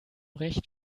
recht